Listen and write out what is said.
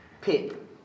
Pip